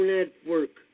Network